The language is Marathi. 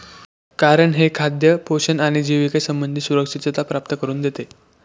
कारण हे खाद्य पोषण आणि जिविके संबंधी सुरक्षितता प्राप्त करून देते